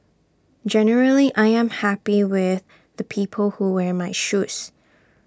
generally I'm happy with the people who wear my shoes